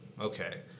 Okay